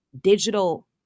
digital